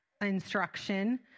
instruction